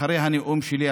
אחרי הנאום שלי,